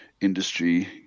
industry